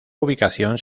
ubicación